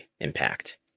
impact